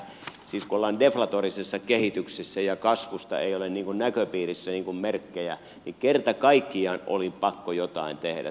siis kun ollaan deflatorisessa kehityksessä ja kasvusta ei ole näköpiirissä merkkejä niin kerta kaikkiaan oli pakko jotain tehdä